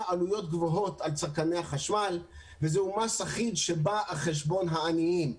עלויות גבוהות על צרכני החשמל וזהו מס אחיד שבא על חשבון העניים.